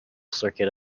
circuit